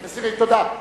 מסירים, תודה.